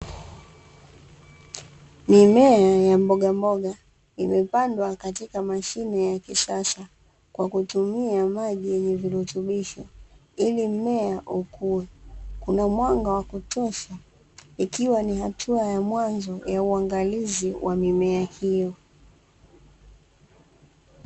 Mimea ya mbogamboga, imepandwa katika mashine ya kisasa kwa kutumia maji yenye virutubisho ili mmea ukue. Kuna mwanga wa kutosha ikiwa ni hatua ya mwanzo ya uangalizi wa mimea hiyo.